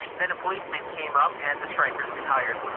then a policeman came up and the strikers retired,